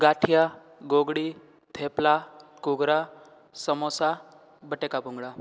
ગાંઠિયા ગોગડી થેપલા ઘૂઘરા સમોસા બટેકા ભૂંગળા